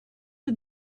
for